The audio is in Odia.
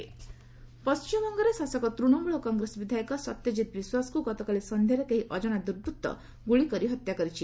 ଡବୂବି ଏମଏଲଏ ସୁଟ୍ ପଶ୍ଚିମବଙ୍ଗରେ ଶାସକ ତୂଣମୂଳ କଂଗ୍ରେସ ବିଧାୟକ ସତ୍ୟଜିତ୍ ବିଶ୍ୱାସଙ୍କୁ ଗତକାଲି ସନ୍ଧ୍ୟାରେ କେହି ଅଜଣା ଦୁର୍ବୃତ୍ତ ଗୁଳିକରି ହତ୍ୟା କରିଛି